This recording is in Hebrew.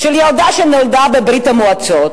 שנולדה בברית-המועצות,